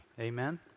amen